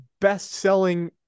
best-selling